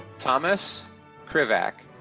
thomas krivak,